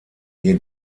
ihr